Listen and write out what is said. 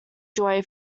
joy